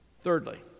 thirdly